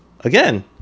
Again